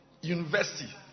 University